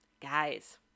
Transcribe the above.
Guys